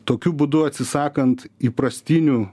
tokiu būdu atsisakant įprastinių